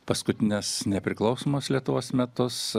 paskutines nepriklausomos lietuvos metus